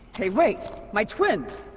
hey wait my twins